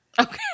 Okay